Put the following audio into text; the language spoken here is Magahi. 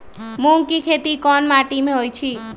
मूँग के खेती कौन मीटी मे होईछ?